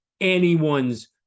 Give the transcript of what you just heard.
anyone's